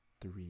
three